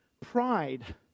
Pride